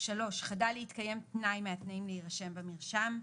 חדל להתקיים תנאי מהתנאים להירשם במרשם,